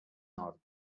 nord